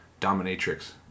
dominatrix